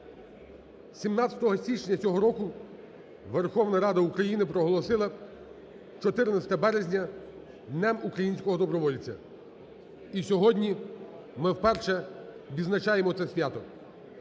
17 січня цього року Верховна Рада України проголосила 14 березня Днем українського добровольця. І сьогодні ми вперше відзначаємо це свято.